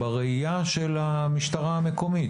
זאת בראייה של המשטרה המקומית,